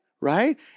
right